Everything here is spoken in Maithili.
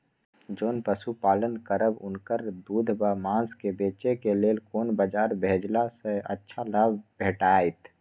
जोन पशु पालन करब उनकर दूध व माँस के बेचे के लेल कोन बाजार भेजला सँ अच्छा लाभ भेटैत?